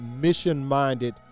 mission-minded